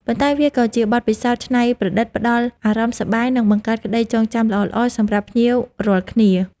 ប៉ុន្តែវាក៏ជាបទពិសោធន៍ច្នៃប្រឌិត ផ្តល់អារម្មណ៍សប្បាយ និងបង្កើតក្តីចងចាំល្អៗសម្រាប់ភ្ញៀវរាល់គ្នា។